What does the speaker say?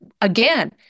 again